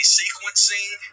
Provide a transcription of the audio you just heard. sequencing